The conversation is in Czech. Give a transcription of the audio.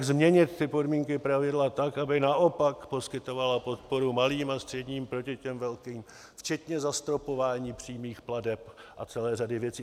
Jak změnit podmínky a pravidla tak, aby naopak poskytovaly podporu malým a středním proti těm velkým, včetně zastropování přímých plateb a celé řady věcí.